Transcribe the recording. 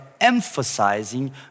emphasizing